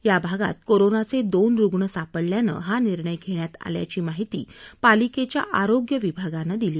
या भागात कोरोनाचे दोन रुग्ण सापडल्याने हा निर्णय धेण्यात आल्याची माहिती पालिकेच्या आरोग्य विभागाने दिली